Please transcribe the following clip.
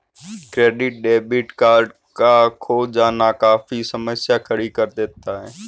credit debit card का खो जाना काफी समस्या खड़ी कर देता है